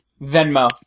Venmo